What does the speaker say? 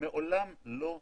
בואו